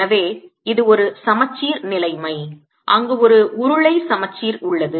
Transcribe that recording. எனவே இது ஒரு சமச்சீர் நிலைமை அங்கு ஒரு உருளை சமச்சீர் உள்ளது